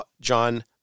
John